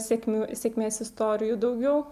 sėkmių sėkmės istorijų daugiau